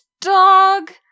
dog